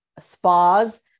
spas